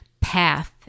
PATH